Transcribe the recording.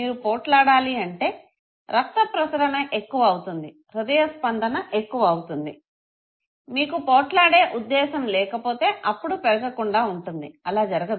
మీరు పోట్లాడాలి అంటే రక్త ప్రసరణ ఎక్కువ అవుతుంది హృదయస్పందన ఎక్కువ అవుతుంది మీకు పోట్లాడే ఉద్దేశం లేకపోతే అప్పుడు పెరగకుండా ఉంటుందా అలా జరగదు